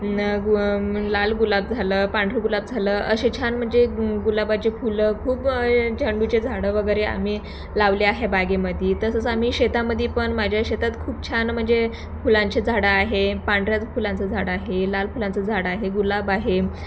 न गु लाल गुलाब झालं पांढरा गुलाब झालं असे छान म्हणजे गुलाबाचे फुलं खूप झंडूचे झाडं वगैरे आम्ही लावले आहे बागेमध्ये तसंच आम्ही शेतामध्ये पण माझ्या शेतात खूप छान म्हणजे फुलांचे झाडं आहे पांढऱ्या फुलांचं झाड आहे लाल फुलांचं झाड आहे गुलाब आहे